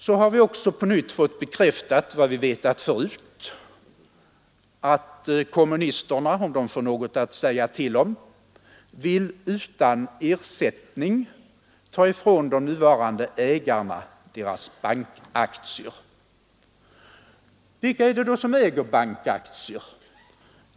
Så har vi också på nytt fått bekräftat vad vi vetat förut: att kommunisterna, om de får något att säga till om, kommer att utan ersättning ta ifrån de nuvarande ägarna deras bankaktier. Vilka är det då som äger bankaktier?